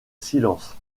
silence